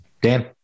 Dan